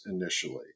initially